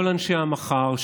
כל אנשי המחר,